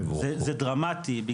זה דרמטי,